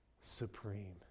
supreme